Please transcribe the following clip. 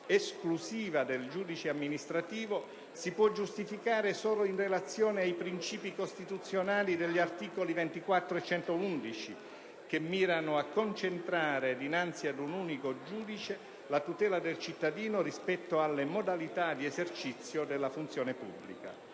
esclusiva del giudice amministrativo si può giustificare solo in relazione ai principi costituzionali degli articoli 24 e 111, che mirano a concentrare dinanzi ad un unico giudice la tutela del cittadino rispetto alle modalità di esercizio della funzione pubblica.